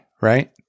right